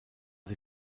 sie